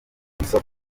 isoko